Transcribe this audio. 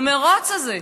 המירוץ הזה,